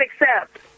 accept